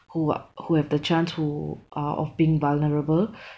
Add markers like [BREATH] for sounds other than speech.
who are who have the chance who uh of being vulnerable [BREATH]